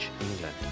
England